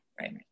Right